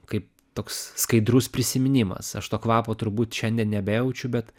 kaip toks skaidrus prisiminimas aš to kvapo turbūt šiandien nebejaučiu bet